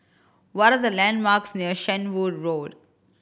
what are the landmarks near Shenvood Road